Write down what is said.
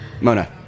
Mona